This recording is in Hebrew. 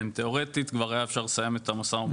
תיאורטית היה אפשר לסיים את המשא והמתן.